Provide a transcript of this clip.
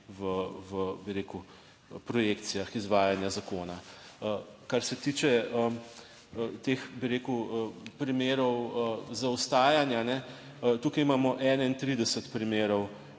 (nadaljevanje) projekcijah izvajanja zakona. Kar se tiče teh, bi rekel primerov zaostajanja. Tukaj imamo 31 primerov,